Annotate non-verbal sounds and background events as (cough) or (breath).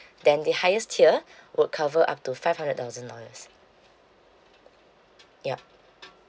then the highest tier (breath) would cover up to five hundred thousand dollars yup